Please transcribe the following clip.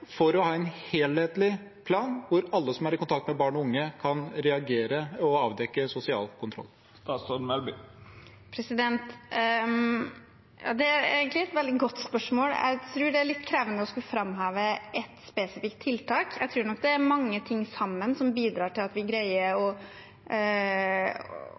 for å ha en helhetlig plan, der alle som er i kontakt med barn og unge, kan reagere og avdekke sosial kontroll? Det er egentlig et veldig godt spørsmål. Jeg tror det er litt krevende å skulle framheve ett spesifikt tiltak. Jeg tror det er mange ting som sammen bidrar til at vi greier å